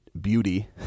beauty